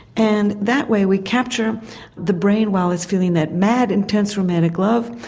and that way we capture the brain while it's feeling that mad, intense romantic love,